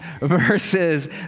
versus